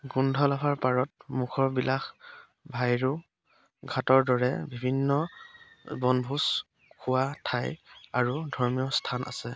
গোন্ধলাভৰ পাৰত মুখৰ বিলাস ভাইৰু ঘাটৰ দৰে বিভিন্ন বনভোজ খোৱা ঠাই আৰু ধৰ্মীয় স্থান আছে